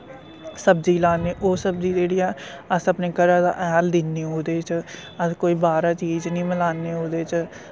सब्जी लान्ने ओह् सब्जी जेह्ड़ी ऐ अस अपने घरा दा हैल दिन्ने ओह्दे च अस कोई बाह्रा चीज निं मलाने ओह्दे च